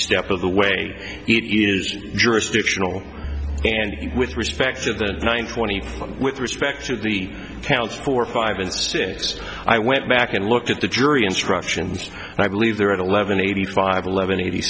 step of the way it is jurisdictional and with respect to the ninth twenty one with respect to the counts four five and six i went back and looked at the jury instructions and i believe they're at eleven eighty five eleven eighty